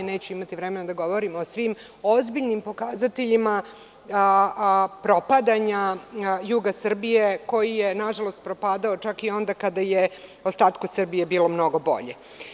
Neću imati vremena da govorim o svim ozbiljnim pokazateljima propadanja juga Srbije koji je nažalost propadao čak i onda kada je ostatku Srbije bilo mnogo bolje.